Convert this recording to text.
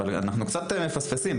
אבל אנחנו קצת מפספסים.